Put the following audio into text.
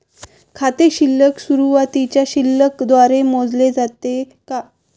खाते शिल्लक सुरुवातीच्या शिल्लक द्वारे मोजले जाते का?